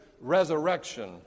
resurrection